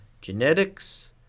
genetics